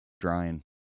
drying